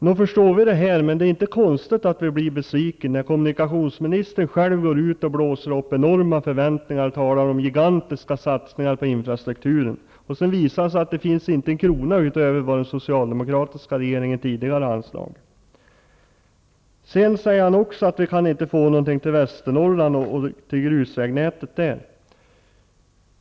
Nog förstår vi det, men det är inte konstigt att vi blir besvikna när kommunikationsministern själv går ut och blåser upp enorma förväntningar och talar om gigantiska satsningar på infrastrukturen och det sedan visar sig att det inte finns en krona utöver vad den tidigare socialdemokratiska regeringen har anslagit. Västernorrland.